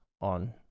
on